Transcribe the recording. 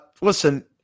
listen